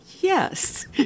Yes